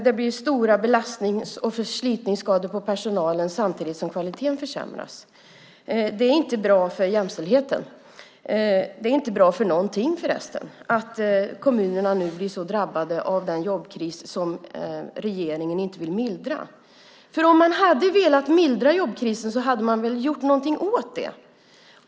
Det blir stora belastnings och förslitningsskador på personalen samtidigt som kvaliteten försämras. Det är inte bra för jämställdheten, och förresten inte bra för någonting, att kommunerna nu blir så drabbade av den jobbkris som regeringen inte vill mildra. Om man hade velat mildra jobbkrisen hade man väl gjort någonting åt det.